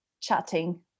chatting